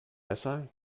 messer